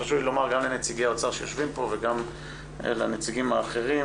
חשוב לי לומר גם לנציגי האוצר שיושבים פה וגם לנציגים האחרים,